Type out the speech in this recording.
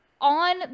on